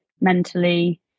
mentally